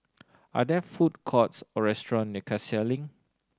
are there food courts or restaurants near Cassia Link